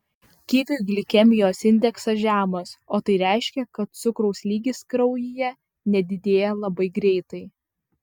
kivių glikemijos indeksas žemas o tai reiškia kad cukraus lygis kraujyje nedidėja labai greitai